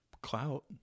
clout